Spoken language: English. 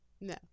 No